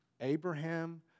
Abraham